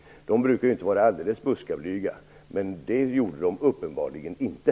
De brukar inte vara alldeles buskablyga. Men det gjorde de uppenbarligen inte.